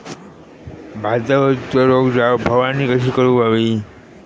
भातावरचो रोग जाऊक फवारणी कशी करूक हवी?